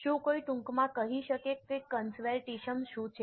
શું કોઈ ટૂંકમાં કહી શકે કે કંસર્વેટિસમ શું છે